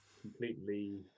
completely